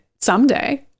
someday